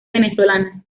venezolana